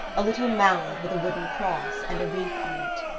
a little mound with a wooden cross and a wreath on it.